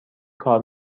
کار